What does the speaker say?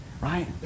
Right